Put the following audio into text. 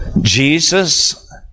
Jesus